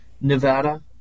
Nevada